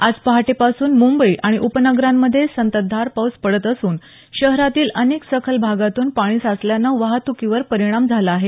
आज पहाटेपासून मुंबई आणि उपनगरांमध्ये संततधार पाऊस पडत असून शहरातील अनेक सखल भागातून पाणी साचल्यानं वाहतुकीवर परिणाम झाला आहे